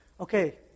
okay